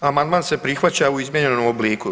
Amandman se prihvaća u izmijenjenom obliku.